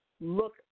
look